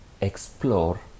explore